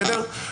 בסדר?